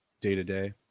day-to-day